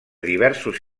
diversos